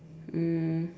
um